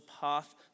path